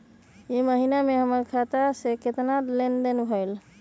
ई महीना में हमर खाता से केतना लेनदेन भेलइ?